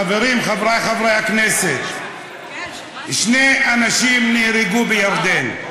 חברים, חברי חברי הכנסת, שני אנשים נהרגו בירדן.